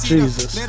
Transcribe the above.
Jesus